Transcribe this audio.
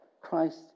Christ